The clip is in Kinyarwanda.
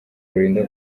rurinda